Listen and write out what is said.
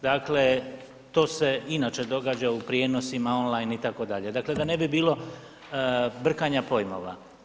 Dakle, to se inače događa u prijenosima online itd., dakle da ne bi bilo brkanja pojmova.